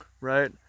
right